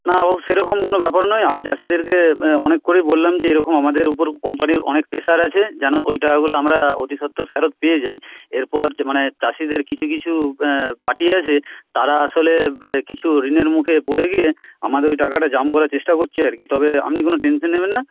না ও সেরকম কোনো ব্যাপার নয় আমি চাষিদেরকে অনেক করে বললাম যে এরকম আমাদের উপর কোম্পানির অনেক প্রেশার আছে যেন ওই টাকাগুলো আমরা অতি সত্ত্বর ফেরত পেয়ে যাই এরপর মানে চাষিদের কিছু কিছু পার্টি আছে তারা আসলে কিছু ঋণের মুখে পড়ে গিয়ে আমাদের ওই টাকাটা জাম করার চেষ্টা করছে আর কি তবে আপনি কোনো টেনশন নেবেন না